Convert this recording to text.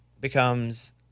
becomes